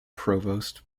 provost